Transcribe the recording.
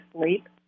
sleep